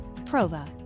Prova